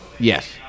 Yes